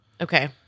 Okay